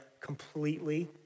completely